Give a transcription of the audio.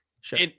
sure